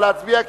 נא להצביע,